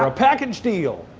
um packin' steel.